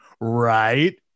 right